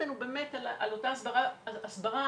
על אותה הסברה,